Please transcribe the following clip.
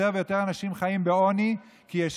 יותר ויותר אנשים חיים בעוני כי יש